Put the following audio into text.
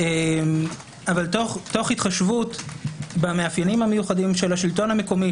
אבל תוך התחשבות במאפיינים המיוחדים של השלטון המקומי,